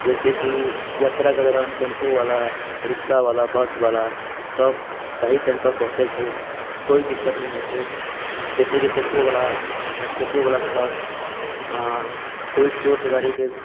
जैसे कि यात्राके दौरान टेम्पूवाला रिक्शावाला बसवाला सब सही टाइम पर पहुँचै छै कोइ दिक्कत नहि होइत छै जैसे कि टेम्पूवाला टेम्पूवालाके पास कोइ चोर चकारीके